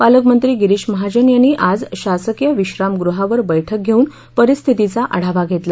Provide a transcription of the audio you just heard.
पालकमंत्री गिरीश महाजन यांनी आज शासकीय विश्रामगृहावर बैठक घेऊन परिस्थितीचा आढावा घेतला